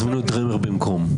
הזמינו את דרמר במקום.